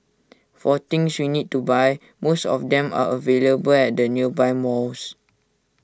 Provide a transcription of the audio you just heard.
for things we need to buy most of them are available at the nearby malls